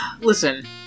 listen